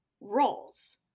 roles